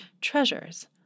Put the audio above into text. treasures